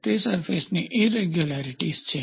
તે સરફેસની ઈરેગ્યુલારીટીઝ છે